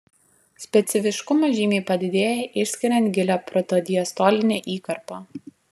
specifiškumas žymiai padidėja išskiriant gilią protodiastolinę įkarpą